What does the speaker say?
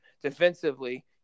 Defensively